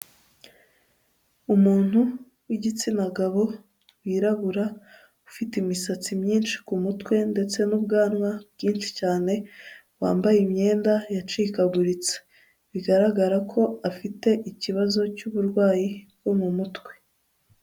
Umuntu w'igitsina gabo wirabura ufite imisatsi myinshi ku mutwe ndetse n'ubwanwa bwinshi cyane wambaye imyenda yacikaguritse bigaragara ko afite ikibazo cy'uburwayi bwo mu mutwe.